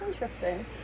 Interesting